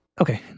okay